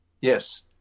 Yes